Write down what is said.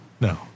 No